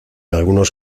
algunos